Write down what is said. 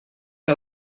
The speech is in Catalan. que